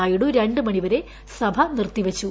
നായിഡു രണ്ട് മണിവരെ സഭ നിർത്തിവച്ചു